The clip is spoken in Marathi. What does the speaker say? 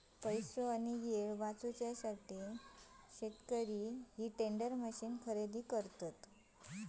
पैसो आणि येळ वाचवूसाठी शेतकरी ह्या टेंडर मशीन खरेदी करता